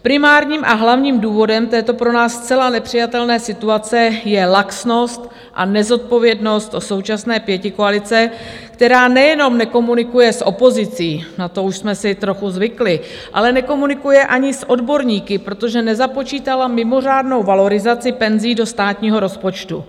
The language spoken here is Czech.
Primárním a hlavním důvodem této pro nás zcela nepřijatelné situace je laxnost a nezodpovědnost současné pětikoalice, která nejenom nekomunikuje s opozicí, na to už jsme si trochu zvykli, ale nekomunikuje ani s odborníky, protože nezapočítala mimořádnou valorizaci penzí do státního rozpočtu.